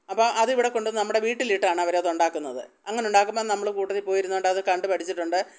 അപ്പ അത് ഇവിടെ കൊണ്ടു വന്നു നമ്മുടെ വീട്ടിലിട്ടാണ് അവർ അതുണ്ടാക്കുന്നത് അങ്ങനെ ഉണ്ടാക്കുമ്പം നമ്മൾ കൂട്ടത്തില് പോയിരുന്നു കൊണ്ട് അത് കണ്ടു പഠിച്ചിട്ടുണ്ട്